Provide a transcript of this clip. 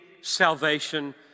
salvation